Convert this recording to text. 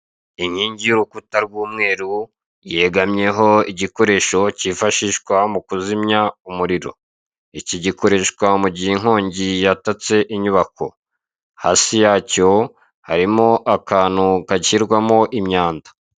Inkingi y'urukuta rw'umweru yegamyeho igikoresho kifashishwa mu kuzimya umuriro. Iki gikoreshwa mu gihe inkongi yatatse inyubako, hasi yacyo harimo akantu gashyirwamo imyanda.